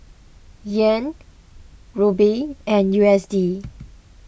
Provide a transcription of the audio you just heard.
Yen Ruble and U S D